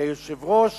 כי היושב-ראש